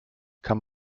kann